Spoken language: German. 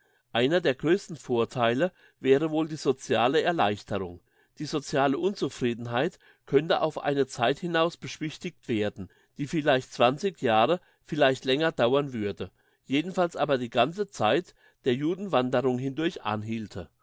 einer der grössten vortheile wäre wohl die sociale erleichterung die sociale unzufriedenheit könnte auf eine zeit hinaus beschwichtigt werden die vielleicht zwanzig jahre vielleicht länger dauern würde jedenfalls aber die ganze zeit der judenwanderung hindurch anhielte